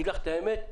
אומר לך את האמת,